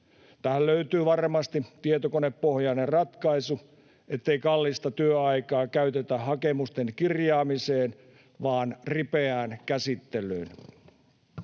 Tähän löytyy varmasti tietokonepohjainen ratkaisu, ettei kallista työaikaa käytetä hakemusten kirjaamiseen, vaan ripeään käsittelyyn.